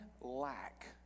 lack